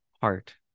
heart